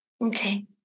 Okay